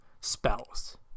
spells